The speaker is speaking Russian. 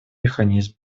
механизм